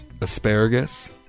asparagus